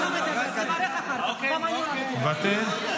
--- יושב-ראש הוועדה, בבקשה.